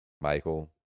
michael